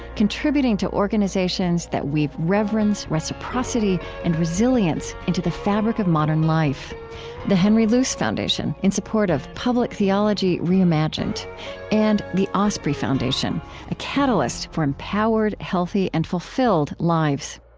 contributing to organizations that weave reverence, reciprocity, and resilience into the fabric of modern life the henry luce foundation, in support of public theology reimagined and the osprey foundation a catalyst for empowered, healthy, and fulfilled lives